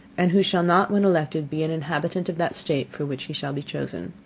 and who shall not, when elected, be an inhabitant of that state for which he shall be chosen.